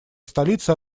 столица